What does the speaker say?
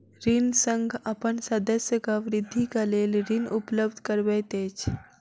ऋण संघ अपन सदस्यक वृद्धिक लेल ऋण उपलब्ध करबैत अछि